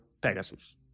Pegasus